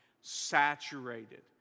saturated